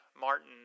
Martin